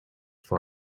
vor